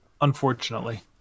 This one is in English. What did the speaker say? unfortunately